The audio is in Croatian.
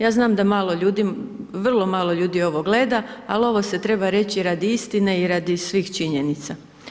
Ja znam da malo ljudi, vrlo malo ljudi ovo gleda ali ovo se treba reći radi istine i radi svih činjenica.